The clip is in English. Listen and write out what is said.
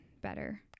better